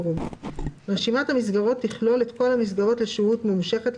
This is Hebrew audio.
רשימת המסגרות תכלול את כל המסגרות לשהות ממושכת,